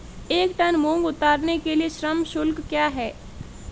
एक टन मूंग उतारने के लिए श्रम शुल्क क्या है?